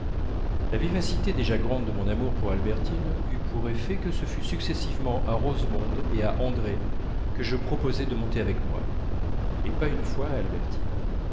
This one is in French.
la vivacité déjà grande de mon amour pour albertine eut pour effet que ce fut successivement à rosemonde et à andrée que je proposai de monter avec moi et pas une fois à albertine